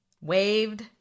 Waved